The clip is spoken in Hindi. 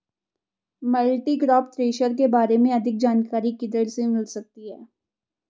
मल्टीक्रॉप थ्रेशर के बारे में अधिक जानकारी किधर से मिल सकती है?